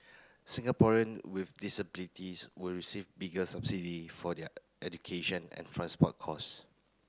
Singaporean with disabilities will receive bigger subsidy for their education and transport costs